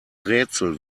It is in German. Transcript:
rätsel